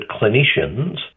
clinicians